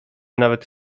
nawet